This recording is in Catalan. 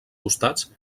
costats